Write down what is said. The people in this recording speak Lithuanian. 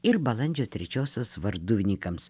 ir balandžio trečiosios varduvinykams